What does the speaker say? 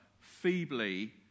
feebly